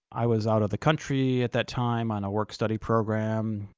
i was out of the country at that time on a work-study program,